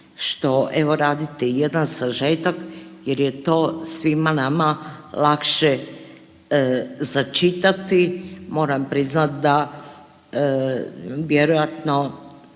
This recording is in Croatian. što radite jedan sažetak jer je to svima nama lakše za čitati. Moram priznat da vjerojatno